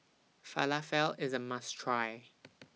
Falafel IS A must Try